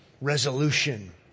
resolution